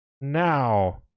now